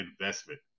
investment